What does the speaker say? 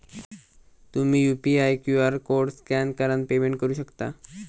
तुम्ही UPI QR code scan करान payment करू शकता